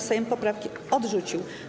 Sejm poprawki odrzucił.